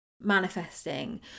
manifesting